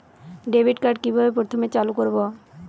Debit card কিভাবে প্রথমে চালু করব?